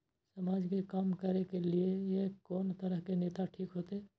समाज के काम करें के ली ये कोन तरह के नेता ठीक होते?